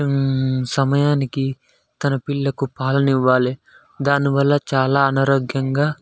సమయానికి తన పిల్లకు పాలను ఇవ్వాలి దానివల్ల చాలా అనారోగ్యంగా